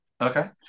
Okay